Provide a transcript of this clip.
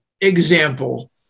example